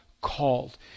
called